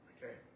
Okay